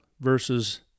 versus